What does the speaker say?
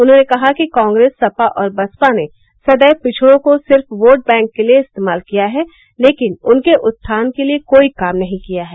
उन्होंने कहा कि कांग्रेस सपा और बसपा ने सदैव पिछड़ों को सिर्फ वोट बैंक के लिए इस्तेमाल किया है लेकिन उनके उत्थान के लिए कोई काम नहीं किया है